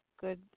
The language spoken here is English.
good